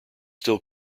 still